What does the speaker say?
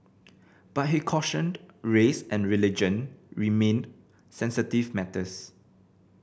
but he cautioned race and religion remained sensitive matters